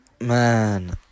man